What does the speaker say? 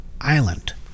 Island